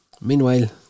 Meanwhile